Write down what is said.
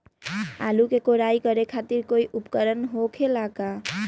आलू के कोराई करे खातिर कोई उपकरण हो खेला का?